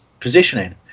positioning